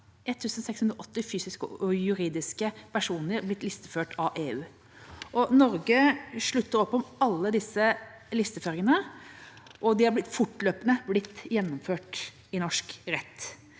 1 680 fysiske og juridiske personer blitt listeført av EU, og Norge slutter opp om alle disse listeføringene. De har fortløpende blitt gjennomført i norsk rett.